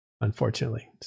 unfortunately